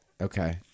okay